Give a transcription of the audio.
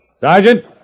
Sergeant